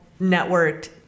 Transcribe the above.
networked